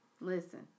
listen